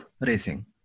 racing